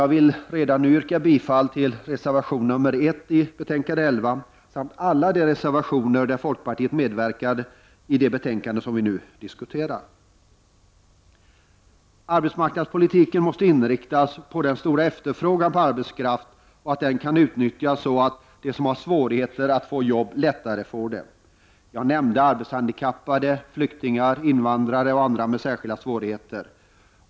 Jag vill redan nu yrka bifall till reservation 1 i arbetsmarknadsutskottets betänkande 11 samt till alla de reservationer där folkpartiet medverkat i de betänkanden som vi nu diskuterar. Arbetsmarknadspolitiken måste inriktas på att den stora efterfrågan på arbetskraft kan utnyttjas, så att de som har svårigheter att få ett jobb lättare kan få det. Jag nämnde arbetshandikappade, flyktingar, invandrare och andra med särskilda svårigheter.